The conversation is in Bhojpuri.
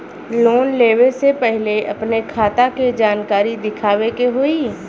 लोन लेवे से पहिले अपने खाता के जानकारी दिखावे के होई?